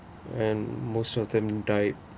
and most of them died